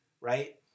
right